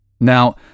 Now